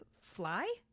Fly